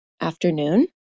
afternoon